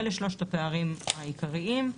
אלה שלושת הפערים העיקריים.